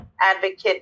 advocate